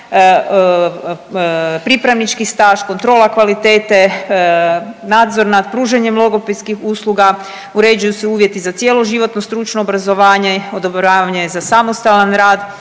pripravnički staž, kontrola kvalitete, nadzor nad pružanjem logopedskih usluga, uređuju se uvjeti za cjeloživotno stručno obrazovanje, odobravanje za samostalan rad,